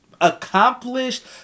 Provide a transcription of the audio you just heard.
accomplished